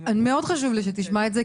מאוד חשוב לי שתשמע את זה,